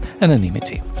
anonymity